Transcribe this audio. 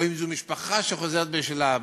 או אם זו משפחה שחוזרת בשאלה,